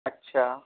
اچھا